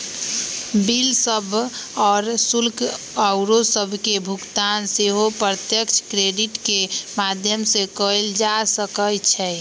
bill सभ, कर, शुल्क आउरो सभके भुगतान सेहो प्रत्यक्ष क्रेडिट के माध्यम से कएल जा सकइ छै